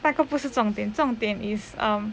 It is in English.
那个不是重点重点 is um